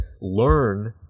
learn